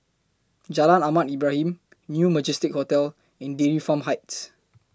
Jalan Ahmad Ibrahim New Majestic Hotel and Dairy Farm Heights